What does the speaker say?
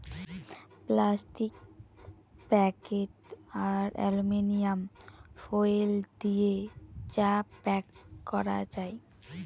plastic packet আর aluminium foil দিয়ে চা প্যাক করা যায়